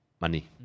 money